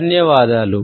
ధన్యవాదాలు